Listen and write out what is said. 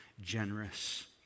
generous